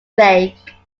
lake